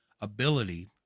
ability